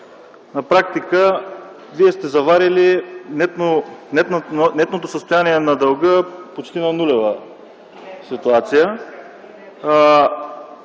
на практика вие сте заварили нетното състояние на дълга почти на нулева ситуация.